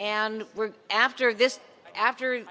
and we're after this after